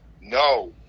No